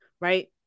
right